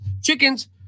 chickens